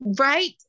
Right